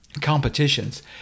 competitions